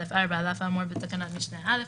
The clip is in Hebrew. א' 4 על אף האמור בתקנת משנה א',